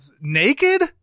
naked